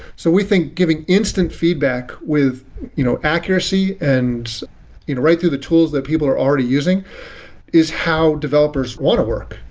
so we think giving instant feedback with you know accuracy and you know write to tools that people are already using is how developers want to work.